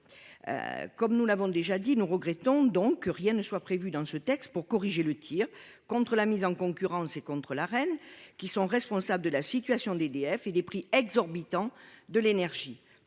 Comme nous l'avons déjà dit, nous regrettons que rien ne soit prévu dans ce texte pour corriger le tir contre la mise en concurrence et contre l'Arenh, qui sont responsables de la situation d'EDF et des prix exorbitants de l'énergie.